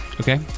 Okay